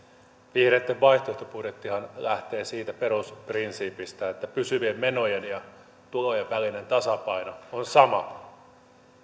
vihreitten vaihtoehtobudjettihan lähtee siitä perusprinsiipistä että pysyvien menojen ja tulojen välinen tasapaino on sama